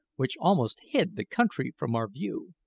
which almost hid the country from our view.